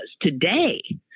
today